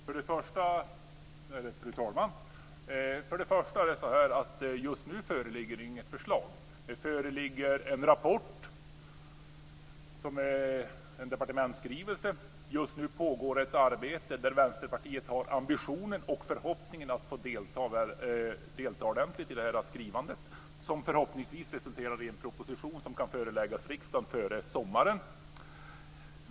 Fru talman! Just nu föreligger inget förslag. Det föreligger en rapport - en departementsskrivelse. Just nu pågår ett arbete, och Vänsterpartiet har ambitionen och förhoppningen att få delta ordentligt i skrivandet, som förhoppningsvis resulterar i en proposition som kan föreläggas riksdagen före sommaren.